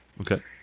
Okay